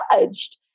judged